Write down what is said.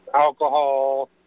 alcohol